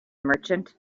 merchant